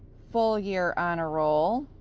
full year honor roll,